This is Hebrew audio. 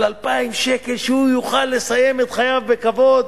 על 2,000 שקל, שהוא יוכל לסיים את חייו בכבוד,